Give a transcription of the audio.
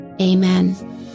amen